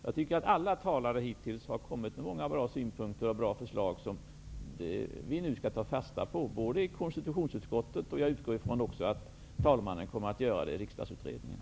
Jag tycker att alla talare hittills har kommit med många bra synpunkter och förslag som vi nu skall ta fasta på i konstitutionsutskottet, och jag utgår ifrån att talmannen också kommer att ta fasta på dem i riksdagsutredningen.